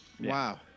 Wow